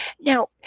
Now